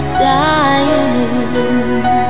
dying